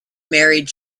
married